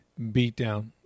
beatdown